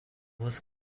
was